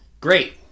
great